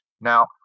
Now